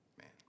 Man